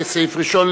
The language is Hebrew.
כסעיף ראשון,